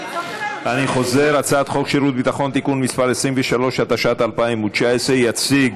אני חוזר: הצעת חוק שירות ביטחון (תיקון מס' 23) התשע"ט 2019. יציג